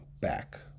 back